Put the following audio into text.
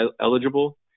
eligible